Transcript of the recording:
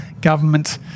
government